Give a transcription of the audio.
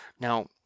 Now